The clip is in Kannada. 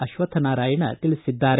ಅಶ್ವಥನಾರಾಯಣ ತಿಳಿಸಿದ್ದಾರೆ